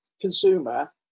consumer